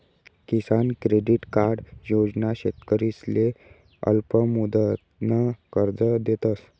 किसान credit card योजना शेतकरीसले अल्पमुदतनं कर्ज देतस